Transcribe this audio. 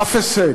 אף הישג.